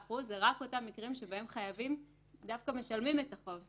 25% זה רק באותם מקרים שבהם חייבים דווקא משלמים את החוב.